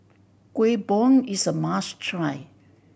Kuih Bom is a must try